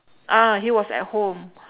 ah he was at home